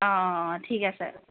অঁ অঁ অঁ ঠিক আছে